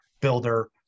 builder